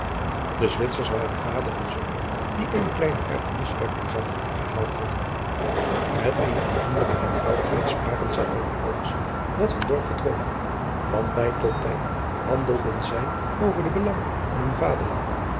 de zwitsers waren vader en zoon die eene kleine erfenis uit lausanne gehaald hadden met eene aandoenlijke eenvoudigheid spraken zij over alles wat hun dorp betrof van tijd tot tijd handelden zij over adriaan loosjes pzn het leven van maurits lijnslager de belangen van hun vaderland